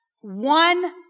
One